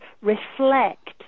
reflect